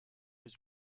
was